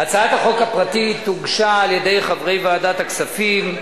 הצעת החוק הפרטית הוגשה על-ידי חברי ועדת הכספים,